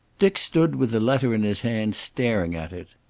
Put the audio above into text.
dick stood with the letter in his hand, staring at it.